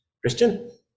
Christian